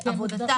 עבודתה,